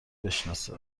بشناسه